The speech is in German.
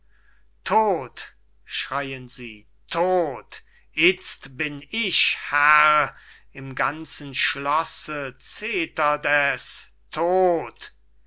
tod schreyen sie tod itzt bin ich herr im ganzen schlosse zettert es tod